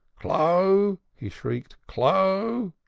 clo'! he shrieked. clo'!